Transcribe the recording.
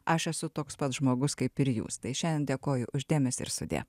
aš esu toks pat žmogus kaip ir jūs tai šiandien dėkoju už dėmesį ir sudie